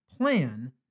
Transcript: plan